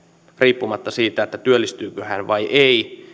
riippumatta siitä työllistyykö hän vai ei